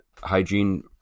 Hygiene